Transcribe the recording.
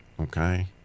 Okay